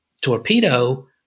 torpedo